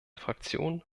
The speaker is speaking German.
fraktion